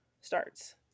starts